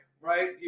right